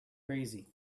crazy